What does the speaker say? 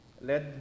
Let